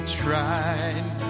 tried